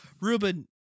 Ruben